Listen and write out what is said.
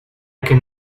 can